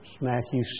Matthew